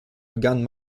begann